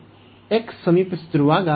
x 0 ಗೆ ಸಮೀಪಿಸುತ್ತಿರುವಾಗ